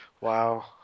Wow